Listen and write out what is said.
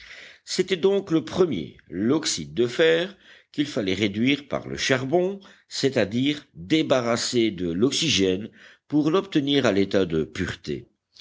c'était donc le premier l'oxyde de fer qu'il fallait réduire par le charbon c'est-à-dire débarrasser de l'oxygène pour l'obtenir à l'état de pureté